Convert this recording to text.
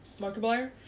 Markiplier